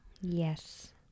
Yes